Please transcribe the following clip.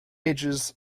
ages